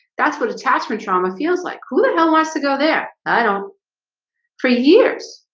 that's what attachment trauma feels like who the hell wants to go there. i don't for years,